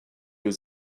aux